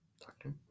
doctor